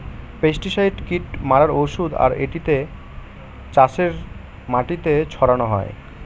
pesticide কীট মারার ঔষধ আর এটিকে চাষের মাটিতে ছড়ানো হয়